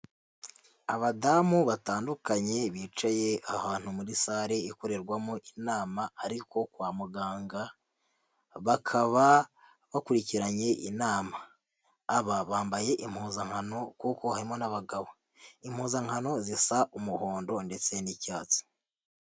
Abadamu batandukanye bicaye ahantu muri sare ikorerwamo inama ariko kwa muganga, bakaba bakurikiranye inama. Aba bambaye impuzankano kuko harimo n'abagabo. Impuzankano zisa umuhondo ndetse n'icyatsi.